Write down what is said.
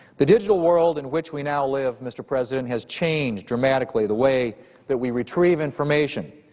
the digital world in which we now live, mr. president, has changed dramatically the way that we retrieve information,